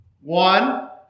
one